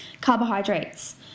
carbohydrates